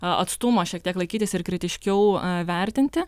atstumo šiek tiek laikytis ir kritiškiau vertinti